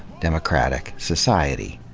democratic, society.